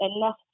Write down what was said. enough